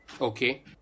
Okay